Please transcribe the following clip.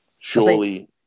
Surely